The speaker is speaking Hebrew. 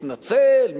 על הפרומו מישהו התנצל?